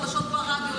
חדשות ברדיו,